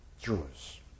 Jews